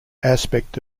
aspect